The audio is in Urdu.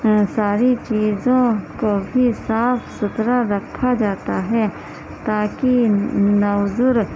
ساری چیزوں کو بھی صاف ستھرا رکھا جاتا ہے تاکہ نوزائیدہ